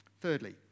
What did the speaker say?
Thirdly